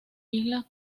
islas